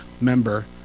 member